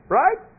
right